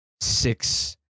six